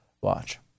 Watch